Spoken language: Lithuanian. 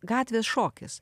gatvės šokis